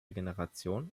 generation